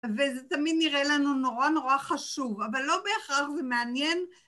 וזה תמיד נראה לנו נורא נורא חשוב, אבל לא בהכרח זה מעניין